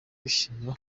bishimira